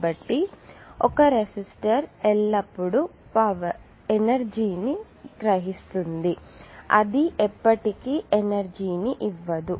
కాబట్టి ఒక రెసిస్టర్ ఎల్లప్పుడూ ఎనర్జీ ని గ్రహిస్తుంది అది ఎప్పటికీ ఎనర్జీ ని ఇవ్వదు